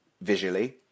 visually